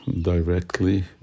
directly